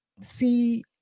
see